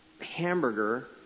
hamburger